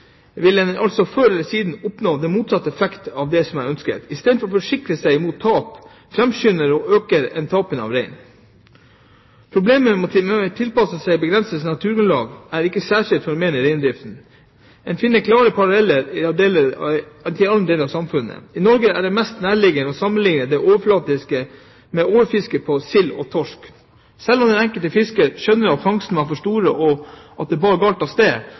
vil en altså før eller siden oppnå den motsatte effekt av det en ønsker. I stedet for å forsikre seg mot tap, framskynder og øker en tapene av rein. Problemene med å tilpasse seg et begrenset naturgrunnlag er ikke et særskilt fenomen i reindriften. En finner klare paralleller i andre deler av samfunnet. I Norge er det mest nærliggende å sammenlikne med overfisket på sild og torsk. Selv om den enkelte fisker skjønte at fangstene var for store, og at det bar galt av sted,